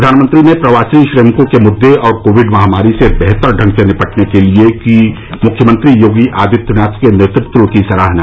प्रधानमंत्री ने प्रवासी श्रमिकों के मुद्दे और कोविड महामारी से बेहतर ढंग से निपटने के लिये की मुख्यमंत्री योगी आदित्यनाथ के नेतृत्व की सराहना